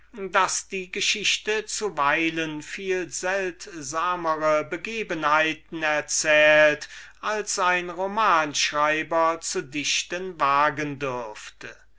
daß die geschichte zuweilen viel seltsamere begebenheiten erzählt als ein romanen schreiber zu dichten wagen dürfte